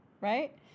right